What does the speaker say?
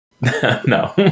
No